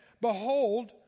Behold